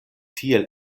tiel